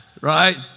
right